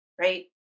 right